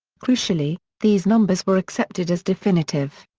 crucially, these numbers were accepted as definitive.